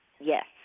Yes